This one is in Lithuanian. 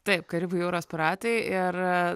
tai karibų jūros piratai ir